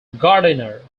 gardiner